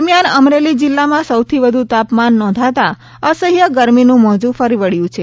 દરમિયાન અમરેલી જિલ્લામાં સૌથી વધુ તાપમાન નોંધાતા અસહ્ય ગરમીનું મોજું ફરી વળ્યું છે